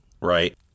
right